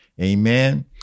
Amen